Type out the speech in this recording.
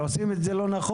כשעושים את זה לא נכון,